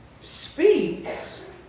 speaks